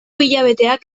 hilabeteak